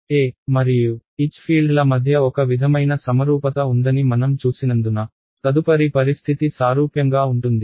E మరియు H ఫీల్డ్ల మధ్య ఒక విధమైన సమరూపత ఉందని మనం చూసినందున తదుపరి పరిస్థితి సారూప్యంగా ఉంటుంది